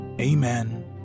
Amen